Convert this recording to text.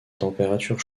températures